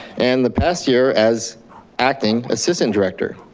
and the past year as acting assistant director.